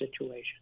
situation